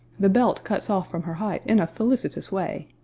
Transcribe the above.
the belt cuts off from her height in a felicitous way,